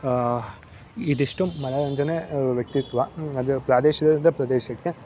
ಇದಿಷ್ಟು ಮನೋರಂಜನೆ ವ್ಯಕ್ತಿತ್ವ ಅದು ಪ್ರದೇಶದಿಂದ ಪ್ರದೇಶಕ್ಕೆ